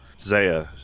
Zaya